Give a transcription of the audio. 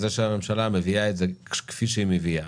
זה שהממשלה מביאה את זה כפי שהיא מביאה,